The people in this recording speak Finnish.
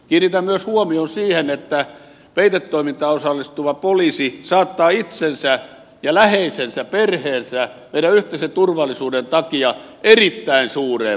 kiinnitän myös huomion siihen että peitetoimintaan osallistuva poliisi saattaa itsensä ja läheisensä perheensä meidän yhteisen turvallisuuden takia erittäin suureen vaaraan